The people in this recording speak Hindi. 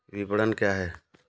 विपणन क्या है?